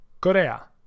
Korea